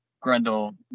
Grendel